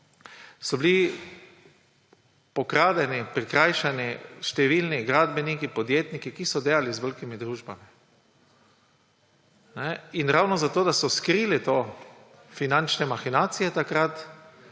so bili okradeni, prikrajšani številni gradbeniki, podjetniki, ki so delali z velikimi družbami. In ravno zato, da so takrat skrili te finančne mahinacije,